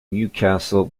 newcastle